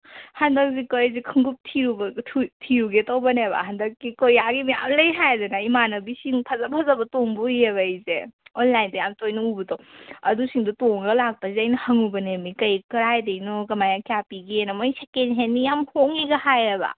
ꯍꯟꯗꯛꯁꯦ ꯀꯣ ꯑꯩꯁꯦ ꯈꯣꯡꯎꯞ ꯊꯤꯔꯨꯕ ꯊꯤꯔꯨꯒꯦ ꯇꯧꯕꯅꯦꯕ ꯍꯟꯗꯛꯀꯤ ꯀꯣꯔꯤꯌꯥꯒꯤ ꯃꯌꯥꯝ ꯂꯩ ꯍꯥꯏꯗꯅ ꯏꯃꯥꯟꯅꯕꯤꯁꯤꯡ ꯐꯖ ꯐꯖꯕ ꯇꯣꯡꯕ ꯎꯏꯑꯕ ꯑꯩꯁꯦ ꯑꯣꯟꯂꯥꯏꯟꯗ ꯌꯥꯝ ꯇꯣꯏꯅ ꯎꯕꯗꯣ ꯑꯗꯨꯁꯤꯡꯗꯨ ꯇꯣꯡꯉꯒ ꯂꯥꯛꯄꯁꯤꯗ ꯑꯩꯅ ꯍꯪꯉꯨꯕꯅꯦꯃꯤ ꯀꯩ ꯀꯗꯥꯏꯗꯒꯤꯅꯣ ꯀꯃꯥꯏꯅ ꯀꯌꯥ ꯄꯤꯒꯦꯅ ꯃꯣꯏ ꯁꯦꯀꯦꯟ ꯍꯦꯟꯅꯤ ꯌꯥꯝ ꯍꯣꯡꯉꯤꯒ ꯍꯥꯏꯑꯕ